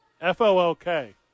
F-O-L-K